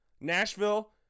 nashville